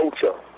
culture